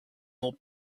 more